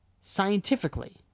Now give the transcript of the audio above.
scientifically